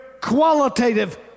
qualitative